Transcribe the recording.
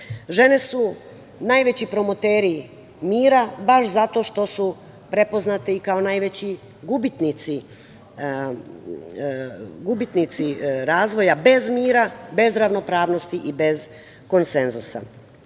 Žene su najveći promoteri mira, baš zato što su prepoznate i kao najveći gubitnici razvoja bez mira, bez ravnopravnosti i bez konsenzusa. Dakle,